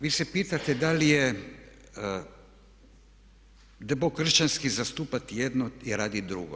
Vi se pitate da li je demokršćanski zastupati jedno i radit drugo.